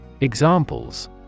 Examples